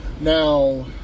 Now